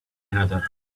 another